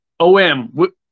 OM